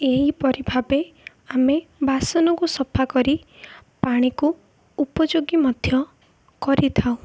ଏହିପରି ଭାବେ ଆମେ ବାସନକୁ ସଫା କରି ପାଣିକୁ ଉପଯୋଗୀ ମଧ୍ୟ କରିଥାଉ